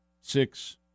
six